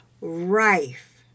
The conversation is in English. rife